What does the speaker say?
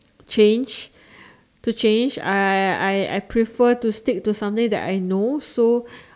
change to change I I prefer to stick to something that I know so